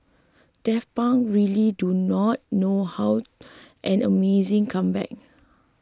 Daft Punk really do not know how an amazing comeback